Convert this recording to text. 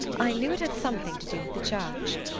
i knew it had something to do with the church.